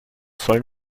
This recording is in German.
sollen